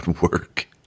work